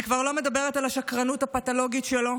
אני כבר לא מדברת על השקרנות הפתולוגית שלו,